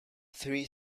three